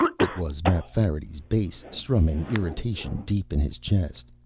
it was mapfarity's bass, strumming irritation deep in his chest.